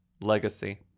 Legacy